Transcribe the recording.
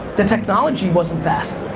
the technology wasn't fast.